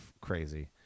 crazy